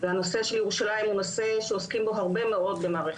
והנושא של ירושלים הוא נושא שעוסקים בו הרבה מאוד במערכת החינוך.